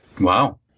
Wow